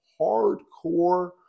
hardcore